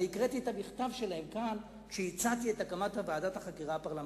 הקראתי את המכתב שלהם כאן כשהצעתי את הקמת ועדת החקירה הפרלמנטרית.